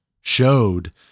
showed